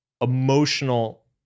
emotional